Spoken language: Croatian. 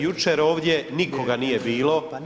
Jučer ovdje nikoga nije bilo.